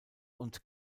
und